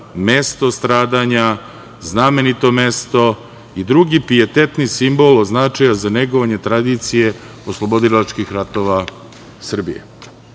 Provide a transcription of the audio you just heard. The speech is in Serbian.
mesto stradanja, znamenito mesto i drugi pietetni simbol od značaja za negovanje tradicije oslobodilačkih ratova Srbije. Ovakva